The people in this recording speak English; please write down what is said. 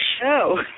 show